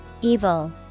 Evil